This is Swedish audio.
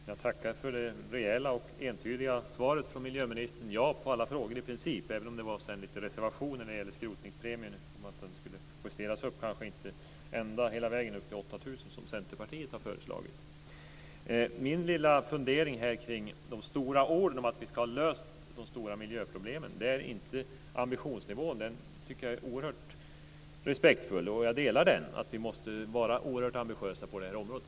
Herr talman! Jag tackar för det rejäla och entydiga svaret från miljöministern. Han svarade ja på i princip alla frågor, även om det var lite reservationer när det gäller om skrotningspremien skulle justeras upp hela vägen till 8 000 kr som Centerpartiet har föreslagit. Min lilla fundering här kring de stora orden om att vi ska ha löst de stora miljöproblemen gäller inte ambitionsnivån som jag tycker är oerhört respektfull, och jag delar den, nämligen att vi måste vara oerhört ambitiösa på detta område.